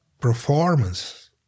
performance